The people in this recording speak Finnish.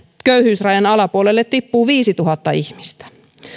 köyhyysrajan alapuolelle tippuu viisituhatta ihmistä